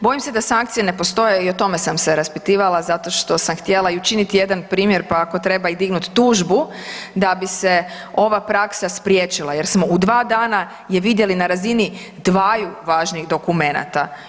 Bojim se da sankcije ne postoje, i o tome sam se raspitivala, zato što sam htjela i učiniti jedan primjer pa ako treba i dignut tužbu da bi se ova praksa spriječila jer smo u dva dana je vidjeli na razini dvaju važnih dokumenata.